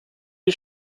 die